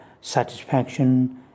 satisfaction